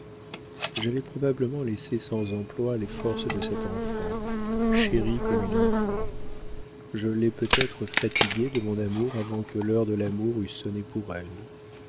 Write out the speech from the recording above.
j'avais probablement laissé sans emploi les forces de cette enfant chérie comme une enfant je l'ai peut-être fatiguée de mon amour avant que l'heure de l'amour eût sonné pour elle